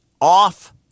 off